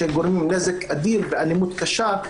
שגורמים נזק אדיר ואלימות קשה.